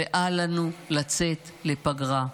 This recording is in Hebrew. ואל לנו לצאת לפגרה.